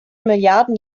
milliarden